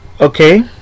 okay